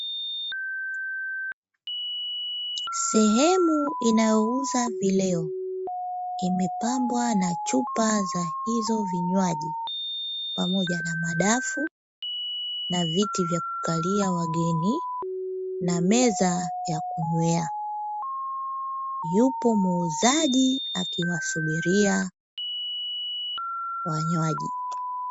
Sehemu inayouza vileo imepambwa na chupa za hizo vinywaji pamoja na madafu na viti vya kukalia wageni na meza ya kunywea, yupo muuzaji akiwasubiria wanywaji.